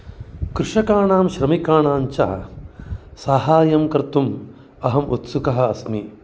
कृषकाणां श्रमिकाणां च साहाय्यं कर्तुम् अहम् उत्सुकः अस्मि